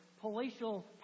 palatial